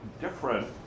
different